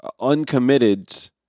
uncommitted